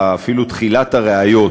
אפילו תחילת הראיות,